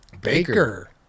Baker